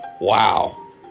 wow